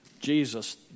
jesus